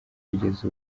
kugeza